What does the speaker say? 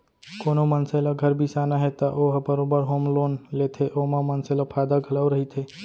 कोनो मनसे ल घर बिसाना हे त ओ ह बरोबर होम लोन लेथे ओमा मनसे ल फायदा घलौ रहिथे